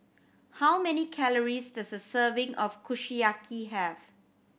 how many calories does a serving of Kushiyaki have